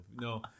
no